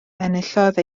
enillodd